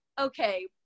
okay